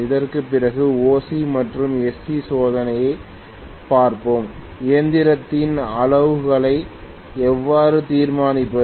இதற்குப் பிறகு OC மற்றும் SC சோதனையைப் பார்ப்போம் இயந்திரத்தின் அளவுருக்களை எவ்வாறு தீர்மானிப்பது